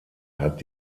hat